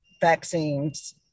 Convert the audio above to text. vaccines